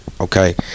Okay